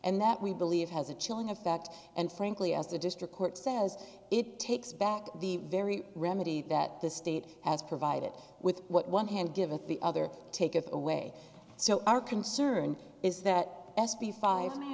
and that we believe has a chilling effect and frankly as the district court says it takes back the very remedy that the state has provided with one hand given the other take it away so our concern is that